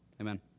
Amen